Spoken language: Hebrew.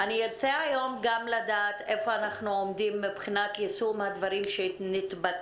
אני ארצה היום לדעת גם איפה אנחנו עומדים מבחינת יישום הדברים שנתבקשו